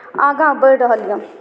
आगाँ बढ़ि रहल यए